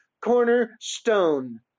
cornerstone